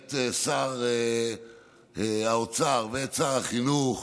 את שר האוצר ואת שר החינוך,